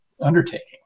undertaking